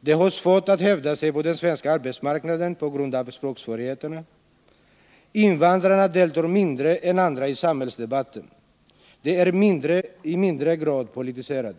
De har svårt att hävda sig på den svenska arbetsmarknaden på grund av språksvårigheterna. Invandrarna deltar mindre än andra i samhällsdebatten. De är i mindre grad politiserade.